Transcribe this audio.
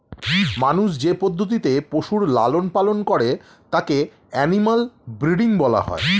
মানুষ যে পদ্ধতিতে পশুর লালন পালন করে তাকে অ্যানিমাল ব্রীডিং বলা হয়